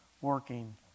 working